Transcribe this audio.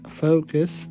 focus